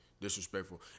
disrespectful